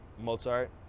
mozart